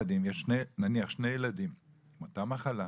"נניח שיש שני ילדים עם אותה מחלה,